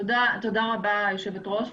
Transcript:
תודה רבה, היושבת-ראש.